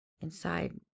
Inside